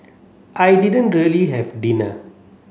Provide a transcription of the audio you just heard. I didn't really have dinner